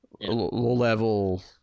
low-level